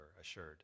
Assured